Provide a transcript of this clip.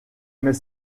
mais